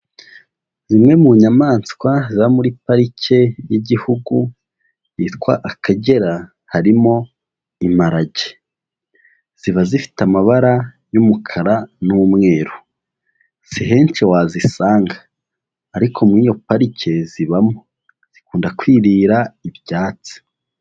Zimwe mu nyamaswa ziba muri parike y'Igihugu yitwa Akagera harimo imparage, ziba zifite amabara y'umukara n'umweru, si henshi wazisanga, ariko muri iyo parike zibamo, zikunda kwirira ibyatsi.